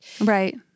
right